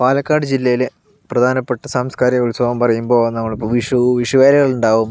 പാലക്കാട് ജില്ലയിലെ പ്രധാനപ്പെട്ട സാംസ്കാരിക ഉത്സവം പറയുമ്പോൾ നമ്മളിപ്പോൾ വിഷു വിഷു വേലകളുണ്ടാകും